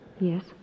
Yes